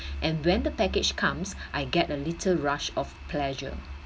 and when the package comes I get a little rush of pleasure